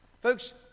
Folks